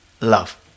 love